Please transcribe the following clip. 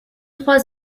trois